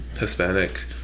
Hispanic